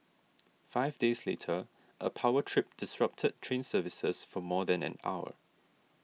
five days later a power trip disrupted train services for more than an hour